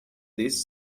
this